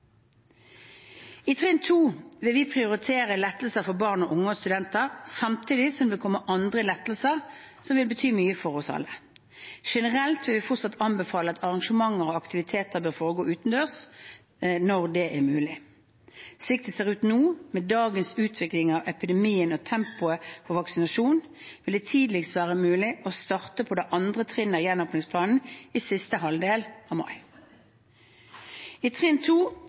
I trinn 2 vil vi prioritere lettelser for barn og unge og studenter, samtidig som det vil komme andre lettelser som vil bety mye for oss alle. Generelt vil vi fortsatt anbefale at arrangementer og aktiviteter bør foregår utendørs, når det er mulig. Slik det ser ut nå, med dagens utvikling av epidemien og tempoet for vaksinasjonen, vil det tidligst være mulig å starte på det andre trinnet av gjenåpningsplanen i siste halvdel av mai. Trinn